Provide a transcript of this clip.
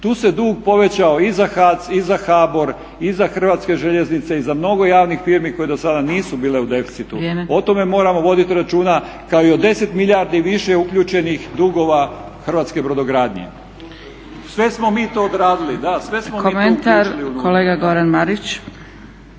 Tu se dug povećao i za HAC i za HBOR i za Hrvatske željeznice i za mnogo javnih firmi koje do sada nisu bile u deficitu. O tome moramo voditi računa kao i o 10 milijardi više uključenih dugova hrvatske brodogradnje. Sve smo mi to odradili. **Zgrebec, Dragica